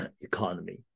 economy